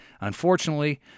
Unfortunately